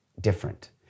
different